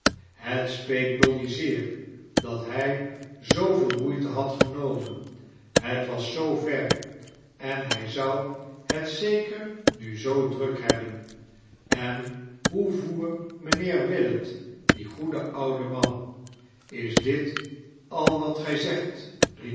het speet dolly zeer dat hij zooveel moeite had genomen het was zoo ver en hij zou het zeker nu zoo druk hebben en hoe voer mijnheer willet die goede oude man is dit al wat gij zegt